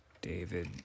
David